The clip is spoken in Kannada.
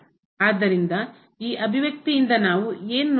ಆದ್ದರಿಂದ ಈ ಅಭಿವ್ಯಕ್ತಿಯಿಂದ ನಾವು ಏನು ನೋಡುತ್ತೇವೆ